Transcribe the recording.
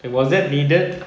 was that needed